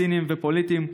ציניים ופוליטיים,